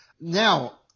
Now